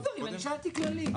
לא גברים, אני שאלתי כללית.